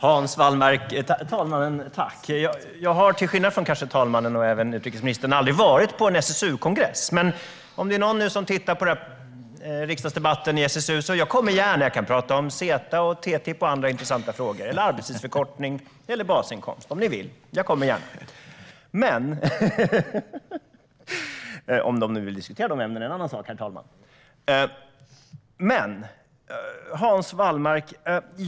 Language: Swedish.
Herr talman! Jag har, kanske till skillnad från talmannen och utrikesministern, aldrig varit på en SSU-kongress. Men om det nu är någon i SSU som tittar på den här riksdagsdebatten kan jag meddela att jag gärna kommer. Jag kan prata om CETA, TTIP, arbetstidsförkortning, basinkomst och andra intressanta frågor om ni vill. Jag kommer gärna! Om de vill diskutera de ämnena är en annan sak, herr talman. Hans Wallmark!